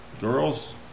girls